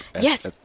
Yes